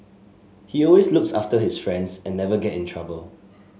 he always looks after his friends and never get in trouble